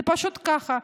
זה פשוט ככה.